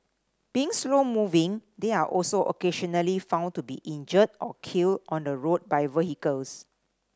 being slow moving they are also occasionally found to be injured or killed on the road by vehicles